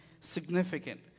significant